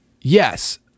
yes